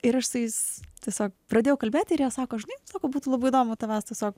ir aš su jais tiesiog pradėjau kalbėti ir jie sako žinai sako būtų labai įdomu tavęs tiesiog